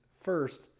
first